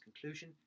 conclusion